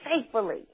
faithfully